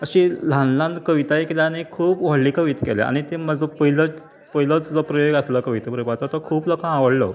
अशी ल्हान ल्हान कविताय केला आनी खूब व्हडली कविता केला आनी तें म्हजो पयलोत पयलोच जो प्रयोग आसलो कविता बरोवपाचो तो खूब लोकां आवडलो